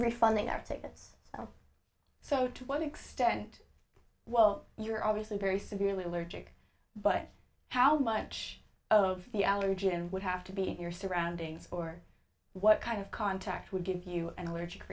refunding our tickets so to what extent well you're obviously very severely allergic but how much of the allergy and would have to be your surroundings or what kind of contact would give you an allergic